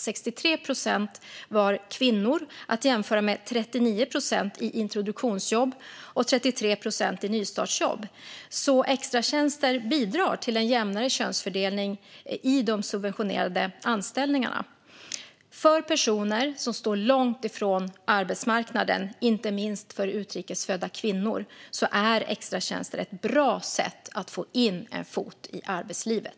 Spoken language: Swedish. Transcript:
63 procent var kvinnor, att jämföra med 39 procent för introduktionsjobb och 33 procent för nystartsjobb. Extratjänster bidrar alltså till en jämnare könsfördelning i de subventionerade anställningarna. För personer som står långt ifrån arbetsmarknaden, inte minst utrikes födda kvinnor, är extratjänster ett bra sätt att få in en fot i arbetslivet.